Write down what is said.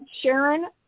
Sharon